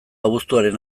abuztuaren